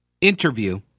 interview